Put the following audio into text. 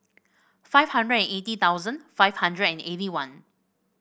five hundred and eighty thousand five hundred and eighty one